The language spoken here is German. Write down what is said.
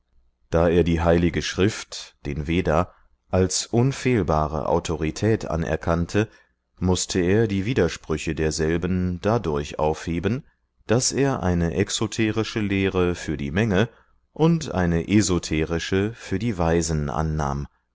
da er die heilige schrift den veda als unfehlbare autorität anerkannte mußte er die widersprüche derselben dadurch aufheben daß er eine exoterische lehre für die menge und eine esoterische für die weisen annahm